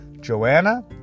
Joanna